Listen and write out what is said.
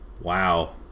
Wow